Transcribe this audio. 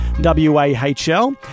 W-A-H-L